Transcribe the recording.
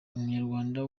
umunyarwanda